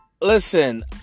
listen